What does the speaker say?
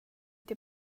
till